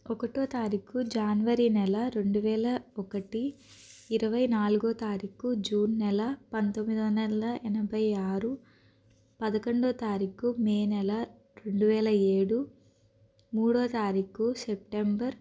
ఒకటో తారీకు జనవరి నెల రెండువేల ఒకటి ఇరవై నాలుగో తారీకు జూన్ నెల పంతొమ్మిదివందల ఎనభై ఆరు పదకొండో తారీకు మే నెల రెండువేల ఏడు మూడో తారీకు సెప్టెంబర్